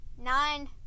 Nine